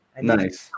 Nice